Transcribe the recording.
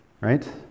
right